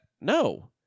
No